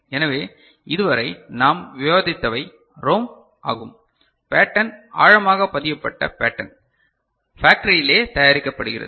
எனவே இதுவரை நாம் விவாதித்தவை ரோம் ஆகும் பேட்டர்ன் ஆழமான பதியப்பட்ட பேட்டர்ன் ஃபாக்டரியிலே தயாரிக்கப்படுகிறது